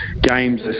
games